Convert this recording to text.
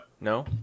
No